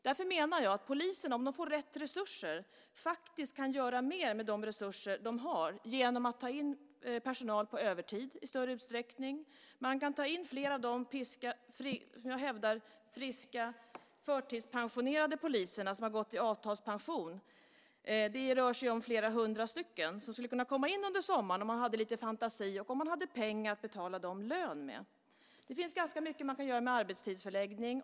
Därför menar jag att polisen, om de får rätt resurser, faktiskt kan göra mer med de resurser de har. De kan ta in personal på övertid i större utsträckning. De kan ta in fler av de friska, förtidspensionerade poliser som har gått i avtalspension. Det rör sig om flera hundra poliser som skulle kunna komma in under sommaren om man hade lite fantasi och om man hade pengar att betala dem lön med. Det finns ganska mycket man kan göra med arbetstidsförläggning.